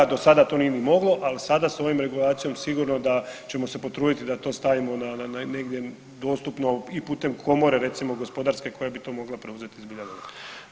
Do sada to nije ni moglo, ali sada s ovom regulacijom sigurno da ćemo se potruditi da to stavimo negdje dostupno i putem komore recimo gospodarske koja bi to mogla preuzeti zbilja